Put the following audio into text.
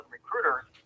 recruiters